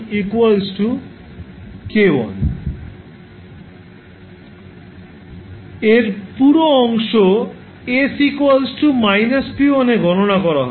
𝑠 −𝑝1 এর পুরো অংশ s −p1 এ গণনা করা হবে